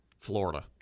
Florida